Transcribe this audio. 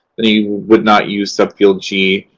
then you would not use subfield g.